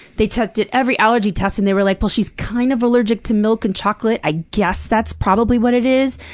they tested did every allergy test and they were like, well, she's kind of allergic to milk and chocolate. i guess that's probably what it is.